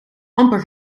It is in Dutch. amper